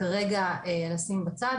כרגע לשים בצד.